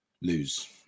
Lose